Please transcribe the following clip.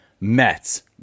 mets